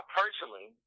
personally